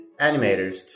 animators